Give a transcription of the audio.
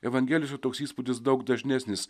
evangelijose toks įspūdis daug dažnesnis